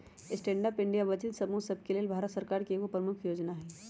stand up India वंचित समूह सभके लेल भारत सरकार के एगो प्रमुख जोजना हइ